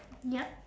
yup